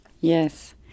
Yes